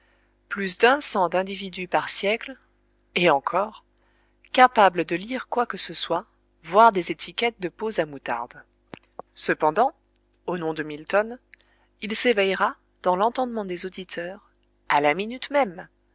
plus d'un cent d'individus par siècle et encore capables de lire quoi que ce soit voire des étiquettes de pots à moutarde cependant au nom de milton il s'éveillera dans l'entendement des auditeurs à la minute même